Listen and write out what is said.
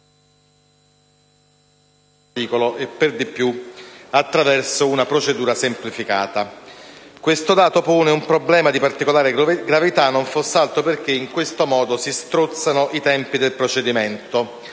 per di più attraverso una procedura semplificata. Tale dato pone un problema di particolare gravità, non fosse altro perché in questo modo si strozzano i tempi del procedimento